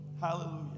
Hallelujah